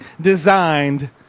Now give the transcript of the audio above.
designed